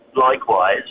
likewise